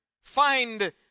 find